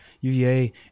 UVA